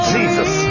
Jesus